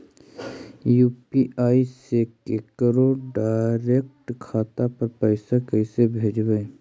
UPI से केकरो direct खाता पर पैसा कैसे भेजबै?